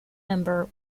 member